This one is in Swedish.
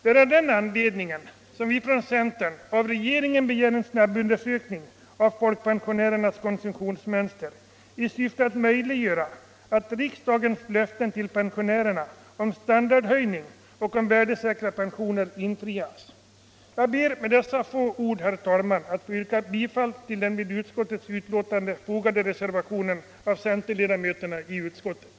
Det är av den anledningen som vi från centern av regeringen begär en snabbundersökning av folkpensionärernas konsumtionsmönster i syfte att möjliggöra att riksdagens löften till pensionärerna om standardhöjning och värdesäkra pensioner infrias. Med dessa få ord ber jag, herr talman, att få yrka bifall till den till utskottets betänkande fogade reservationen av centerledamöterna i utskottet.